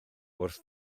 wrth